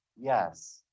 yes